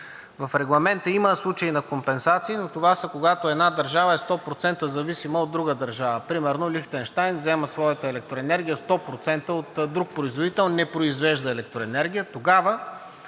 В Регламента има случаи на компенсации, но това са, когато една държава е 100% зависима от друга държава. Примерно, Лихтенщайн взема своята електроенергия 100% от друг производител – не произвежда електроенергия.